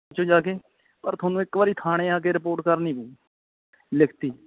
ਪੁੱਛੋ ਜਾ ਕੇ ਪਰ ਤੁਹਾਨੂੰ ਇੱਕ ਵਾਰ ਥਾਣੇ ਆ ਕੇ ਰਿਪੋਰਟ ਕਰਨੀ ਪਊ ਲਿਖਤੀ